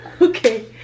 Okay